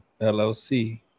LLC